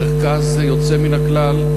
מרכז יוצא מן הכלל,